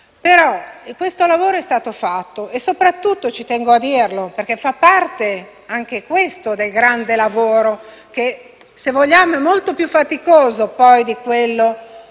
Però questo lavoro è stato fatto. Soprattutto - ci tengo a dirlo perché fa parte anche questo del grande lavoro che, se vogliamo, è molto più faticoso di quello